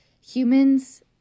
humans